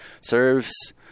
serves